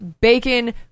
bacon